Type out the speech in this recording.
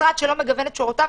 משרד שלא מגוון את שורותיו,